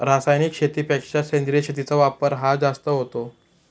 रासायनिक शेतीपेक्षा सेंद्रिय शेतीचा वापर हा जास्त होतो